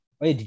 Wait